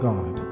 God